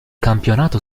campionato